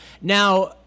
Now